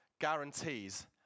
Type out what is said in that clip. guarantees